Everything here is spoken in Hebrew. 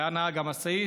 הוא היה נהג משאית,